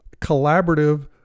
collaborative